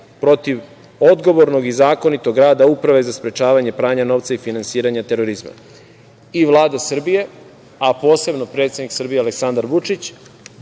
protiv odgovornog i zakonitog rada Uprave za sprečavanje pranja novca i finansiranje terorizma.I Vlada Srbije, a posebno predsednik Srbije Aleksandar Vučić